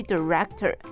Director